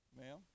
ma'am